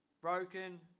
broken